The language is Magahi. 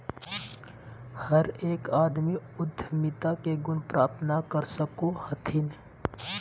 हरेक आदमी उद्यमिता के गुण प्राप्त नय कर सको हथिन